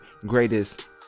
greatest